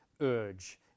urge